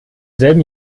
selben